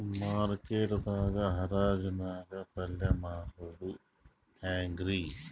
Market ದಾಗ್ ಹರಾಜ್ ನಾಗ್ ಪಲ್ಯ ಮಾರುದು ಹ್ಯಾಂಗ್ ರಿ?